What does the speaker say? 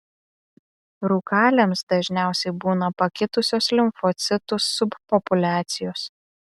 rūkaliams dažniausiai būna pakitusios limfocitų subpopuliacijos